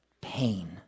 pain